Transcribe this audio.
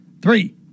three